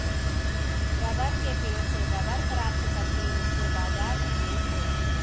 rubber के पेड़ से रबर प्राप्त करके उसको बाजार में बेच दो